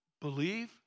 believe